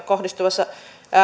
kohdistumassa